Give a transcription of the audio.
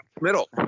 Middle